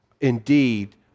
indeed